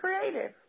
creative